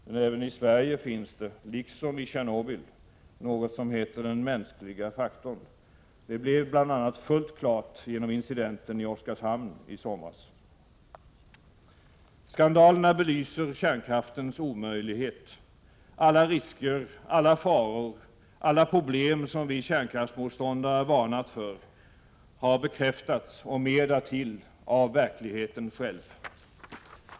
Men även i Sverige finns det, liksom i Tjernobyl, något som heter den mänskliga faktorn. Det blev bl.a. fullt klart genom incidenten i Oskarshamn i somras. Skandalerna belyser kärnkraftens omöjlighet. Alla risker, alla faror, alla problem som vi kärnkraftsmotståndare varnat för har bekräftats och mer därtill av verkligheten själv.